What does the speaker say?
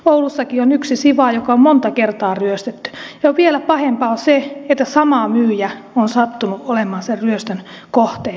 oulussakin on yksi siwa joka on monta kertaa ryöstetty ja vielä pahempaa on se että sama myyjä on sattunut olemaan sen ryöstön kohteena